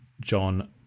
John